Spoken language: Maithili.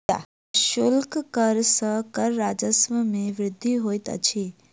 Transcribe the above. प्रशुल्क कर सॅ कर राजस्व मे वृद्धि होइत अछि